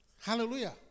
Hallelujah